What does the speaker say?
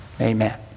Amen